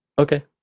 Okay